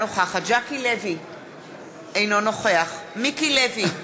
אינה נוכחת ז'קי לוי,